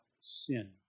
sin